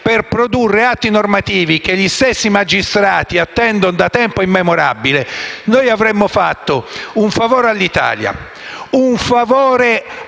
per produrre atti normativi che gli stessi magistrati attendono da tempo immemorabile, noi avremmo fatto un favore all'Italia e un favore alla